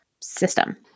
system